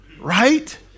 Right